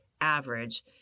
average